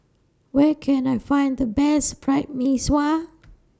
Where Can I Find The Best Fried Mee Sua